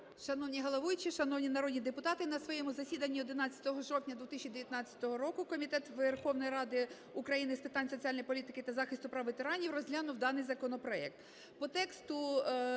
Шановний головуючий, шановні народні депутати, на своєму засіданні 11 жовтня 2019 року Комітет Верховної Ради України з питань соціальної політики та захисту прав ветеранів розглянув даний законопроект. По тексту